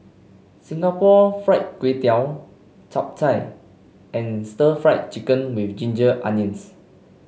Singapore Fried Kway Tiao Chap Chai and Stir Fried Chicken with Ginger Onions